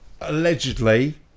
allegedly